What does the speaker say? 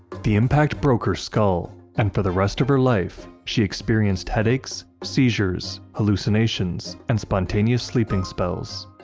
the impact broke her skull, and for the rest of her life, she experienced headaches, seizures, hallucinations, and spontaneous sleeping spells.